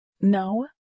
No